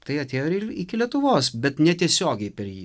tai atėjo ir iki lietuvos bet netiesiogiai per jį